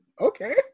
Okay